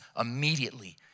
immediately